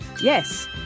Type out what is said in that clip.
Yes